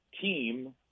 team